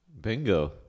Bingo